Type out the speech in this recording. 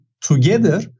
together